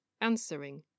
answering